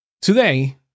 Today